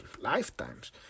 lifetimes